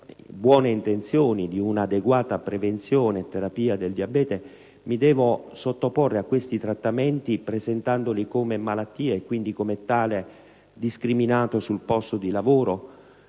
buone intenzioni di una adeguata prevenzione e terapia del diabete, si deve sottoporre a trattamenti presentandoli come malattia e quindi, come tale, è discriminato sul posto di lavoro.